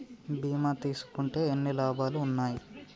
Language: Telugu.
బీమా తీసుకుంటే ఎన్ని లాభాలు ఉన్నాయి?